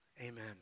amen